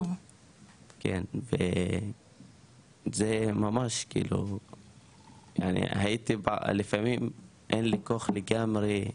כן וזה ממש כאילו אני הייתי לפעמים אין לי כוח לגמרי,